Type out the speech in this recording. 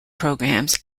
programs